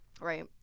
Right